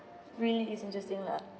really is interesting lah